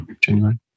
January